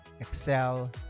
Excel